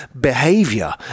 behavior